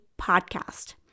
podcast